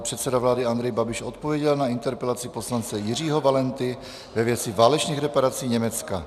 Předseda vlády Andrej Babiš odpověděl na interpelaci poslance Jiřího Valenty ve věci válečných reparací Německa.